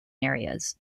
areas